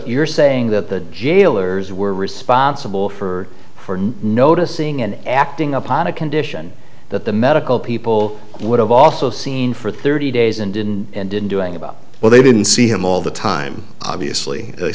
you're saying that the jailers were responsible for for not noticing and acting upon a condition that the medical people would have also seen for thirty days and didn't and didn't doing about well they didn't see him all the time obviously they